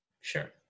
Sure